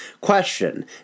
Question